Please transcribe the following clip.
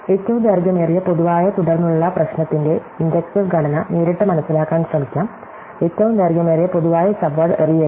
ഏറ്റവും ദൈർഘ്യമേറിയ പൊതുവായ തുടർന്നുള്ള പ്രശ്നത്തിന്റെ ഇൻഡക്റ്റീവ് ഘടന നേരിട്ട് മനസിലാക്കാൻ ശ്രമിക്കാം ഏറ്റവും ദൈർഘ്യമേറിയ പൊതുവായ സബ്വേഡ് എറിയരുത്